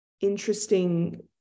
interesting